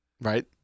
Right